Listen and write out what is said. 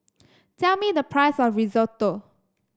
tell me the price of Risotto